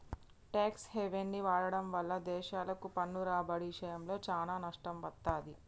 tax హెవెన్ని వాడటం వల్ల దేశాలకు పన్ను రాబడి ఇషయంలో చానా నష్టం వత్తది